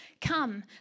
Come